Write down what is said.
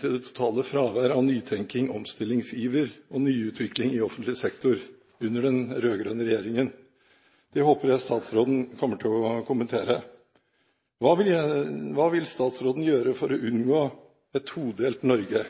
til det totale fraværet av nytenkning, omstillingsiver og nyutvikling i offentlig sektor under den rød-grønne regjeringen. Det håper jeg statsråden kommer til å kommentere. Hva vil statsråden gjøre for å unngå et todelt Norge